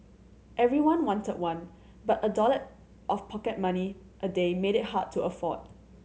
everyone wanted one but a dollar of pocket money a day made it hard to afford